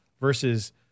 versus